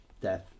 death